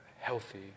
healthy